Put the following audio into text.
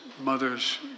mother's